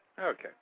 Okay